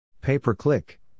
Pay-Per-Click